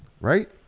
right